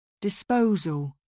Disposal